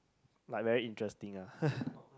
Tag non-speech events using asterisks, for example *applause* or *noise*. like very interesting ah *laughs*